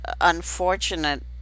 unfortunate